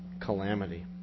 calamity